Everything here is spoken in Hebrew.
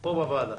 פה בוועדה.